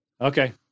Okay